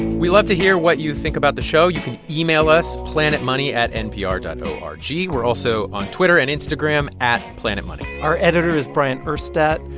we love to hear what you think about the show. you can email us planetmoney at npr dot o r g. we're also on twitter and instagram at planetmoney our editor is bryant urstadt.